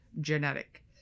genetic